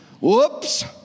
whoops